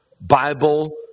Bible